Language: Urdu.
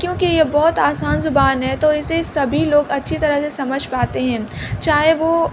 کیونکہ یہ بہت آسان زبان ہے تو اسے سبھی لوگ اچھی طرح سے سمجھ پاتے ہیں چاہے وہ